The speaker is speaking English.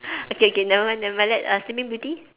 okay K never mind never mind let uh sleeping beauty